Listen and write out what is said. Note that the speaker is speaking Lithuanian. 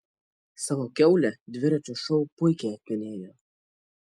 savo kiaulę dviračio šou puikiai atpenėjo